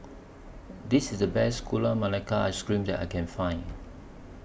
This IS The Best Gula Melaka Ice Cream that I Can Find